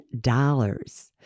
dollars